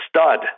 stud